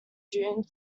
june